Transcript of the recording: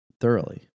thoroughly